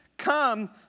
Come